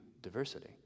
diversity